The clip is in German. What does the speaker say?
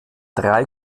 drei